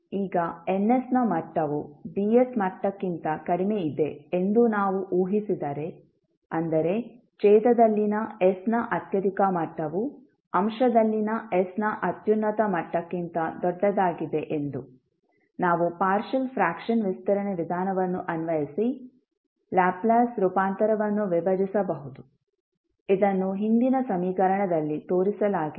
ಈಗ N ನ ಮಟ್ಟವು D ಮಟ್ಟಕ್ಕಿಂತ ಕಡಿಮೆ ಇದೆ ಎಂದು ನಾವು ಊಹಿಸಿದರೆ ಅಂದರೆ ಛೇದದಲ್ಲಿನ s ನ ಅತ್ಯಧಿಕ ಮಟ್ಟವು ಅಂಶದಲ್ಲಿನ s ನ ಅತ್ಯುನ್ನತ ಮಟ್ಟಕ್ಕಿಂತ ದೊಡ್ಡದಾಗಿದೆ ಎಂದು ನಾವು ಪಾರ್ಷಿಯಲ್ ಫ್ರ್ಯಾಕ್ಷನ್ ವಿಸ್ತರಣೆ ವಿಧಾನವನ್ನು ಅನ್ವಯಿಸಿ ಲ್ಯಾಪ್ಲೇಸ್ ರೂಪಾಂತರವನ್ನು ವಿಭಜಿಸಬಹುದು ಇದನ್ನು ಹಿಂದಿನ ಸಮೀಕರಣದಲ್ಲಿ ತೋರಿಸಲಾಗಿದೆ